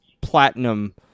platinum